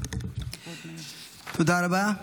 תודה רבה.